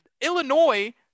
Illinois